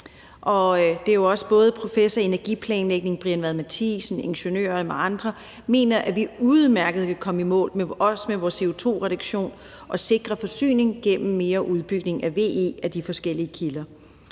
Det er jo også både professor i energiplanlægning Brian Vad Mathiesen, ingeniører og andre, der mener, at vi udmærket kan komme i mål med vores CO2-reduktion og sikre forsyning gennem mere udbygning af VE af de forskellige kilder.